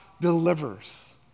delivers